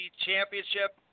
Championship